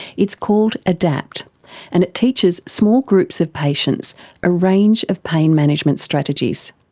it's called adapt and it teaches small groups of patients a range of pain management strategies.